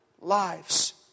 lives